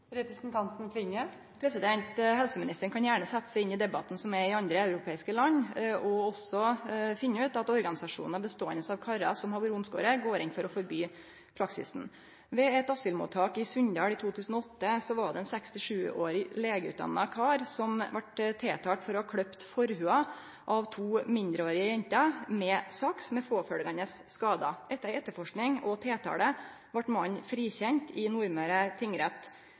Helseministeren kan gjerne setje seg inn i debatten som er i andre europeiske land, og også finne ut at organisasjonar beståande av karar som har vore omskore, går inn for å forby praksisen. Ved eit asylmottak i Sunndal i 2008 var det ein 67-årig legeutdanna kar som vart tiltalt for å ha klipt forhuda av to mindreårige gutar med saks, med påfølgjande skadar. Etter etterforsking og tiltale vart mannen frikjend i Nordmøre tingrett.